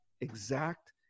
exact